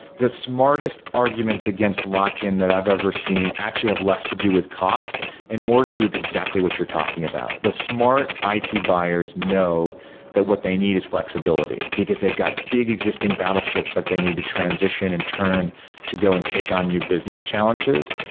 the smartest arguments against lock-in that i've ever seen actually have less to do with cost and more to do with exactly what you're talking about. the smart it buyers know that what they need is flexibility, because they've got big existing battleships that they need to transition and turn to go and take on new business challenges.